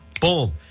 boom